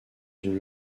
une